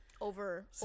over